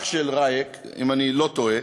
אח של ראיק, אם אני לא טועה,